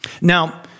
Now